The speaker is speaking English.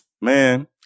Man